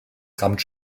rammt